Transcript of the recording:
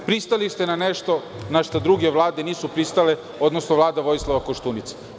Pristali ste na nešto na šta druge vlade nisu pristale, odnosno Vlada Vojislava Koštunice.